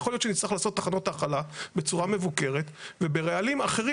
יכול להיות שנצטרך לעשות תחנות האכלה בצורה מבוקרת וברעלים אחרים.